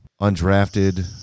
undrafted